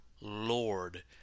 Lord